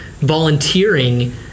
volunteering